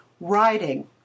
writing